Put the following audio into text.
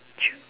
true